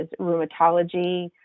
rheumatology